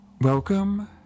Welcome